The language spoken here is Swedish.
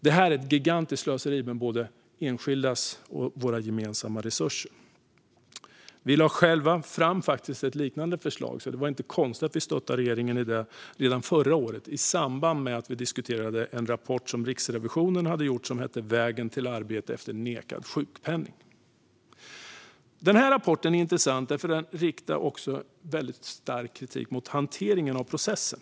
Det här var ett gigantiskt slöseri med både enskildas och våra gemensamma resurser. Vi lade själva fram ett liknande förslag, så det var inte konstigt att vi stöttade regeringen redan förra året i samband med att vi diskuterade Riksrevisionens rapport Vägen till arbete efter nekad sjukpenning . Rapporten var intressant eftersom den riktade stark kritik mot hanteringen av processen.